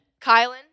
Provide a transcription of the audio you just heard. Kylan